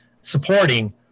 supporting